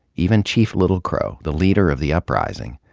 even chief little crow, the leader of the uprising,